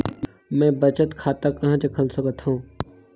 मैं बचत खाता कहां जग खोल सकत हों?